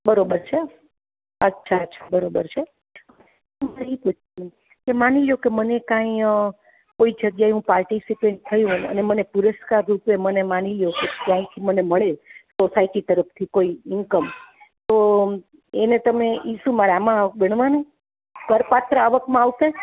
બરોબર છે અચ્છા બરોબર છે મારે એક ક્વેશ્ચન કે માની લ્યો મને કાંઈ કોઈ જગ્યાએ હું પાર્ટિસિપેટ થઈ હોય અને મને પુરષ્કાર રૂપે મને માની લ્યો કે કંઈક મળે સોસાયટી તરફથી કોઈ ઇન્કમ તો એને એ શું મારા આમાં ગણવાના કરપાત્ર આવકમાં આવશે